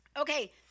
Okay